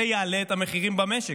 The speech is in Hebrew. זה יעלה את המחירים במשק,